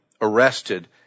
arrested